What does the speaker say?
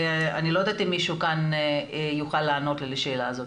אני לא יודעת אם מישהו כאן יוכל לענות לי על השאלה הזאת,